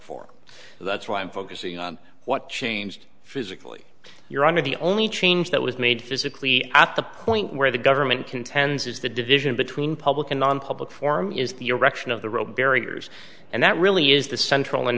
for that's what i'm focusing on what changed physically your honor the only change that was made physically at the point where the government contends is the division between public and non public form is the erection of the real barriers and that really is the central and